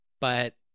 But-